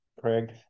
Craig